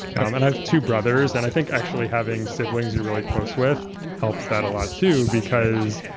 um and i have two brothers and i think actually having siblings you're really closed with helps that a lot too because